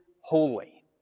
holy